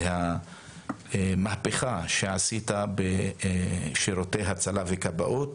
המהפיכה שעשית בשירותי הצלה וכבאות,